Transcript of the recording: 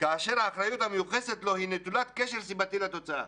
"כאשר האחריות המיוחסת לו היא נטולת קשר סיבתי לתוצאה".